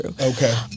Okay